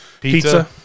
Pizza